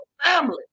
family